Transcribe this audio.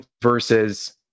versus